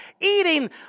eating